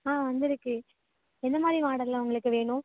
ஆ வந்துருக்குது என்ன மாதிரி மாடலில் உங்களுக்கு வேணும்